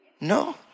No